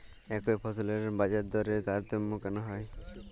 একই ফসলের বাজারদরে তারতম্য কেন হয়?